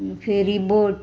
ferry boat